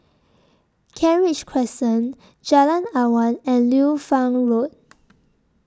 Kent Ridge Crescent Jalan Awan and Liu Fang Road